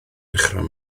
dechrau